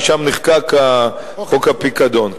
כי שם נחקק חוק הפיקדון.